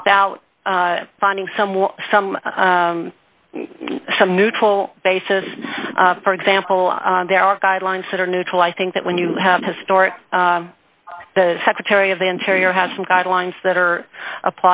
without finding someone some some neutral basis for example there are guidelines that are neutral i think that when you have historically the secretary of interior has some guidelines that are